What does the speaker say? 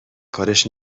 کارش